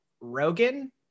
rogan